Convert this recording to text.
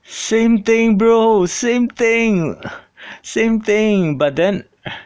same thing bro same thing same thing but then